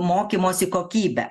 mokymosi kokybę